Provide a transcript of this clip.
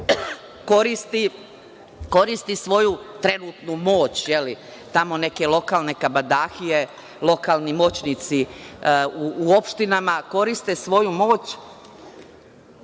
koristi svoju trenutnu moć, tamo neke lokalne kabadahije, lokalni moćnici u opštini koriste svoju moć